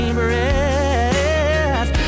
breath